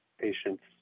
patients